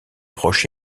proche